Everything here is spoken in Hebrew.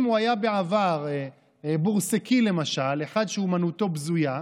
אם הוא היה בעבר בורסקי למשל, אחד שאומנותו בזויה,